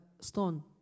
stone